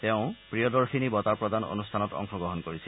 তেওঁ প্ৰিয়দশিনী বঁটা প্ৰদান অনুষ্ঠানত অংশগ্ৰহণ কৰিছিল